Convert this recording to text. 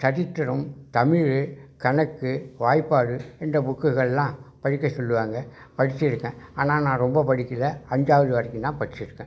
சரித்திரம் தமிழ் கணக்கு வாய்ப்பாடு என்ற புக்குகளெலாம் படிக்க சொல்லுவாங்க படிச்சுருக்கேன் ஆனால் நான் ரொம்ப படிக்கிலை அஞ்சாவது வரைக்கும் தான் படிச்சுருக்கேன்